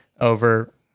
over